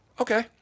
Okay